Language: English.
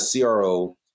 CRO